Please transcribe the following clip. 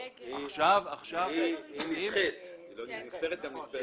היא נספרת גם נספרת.